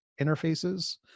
interfaces